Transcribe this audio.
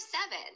seven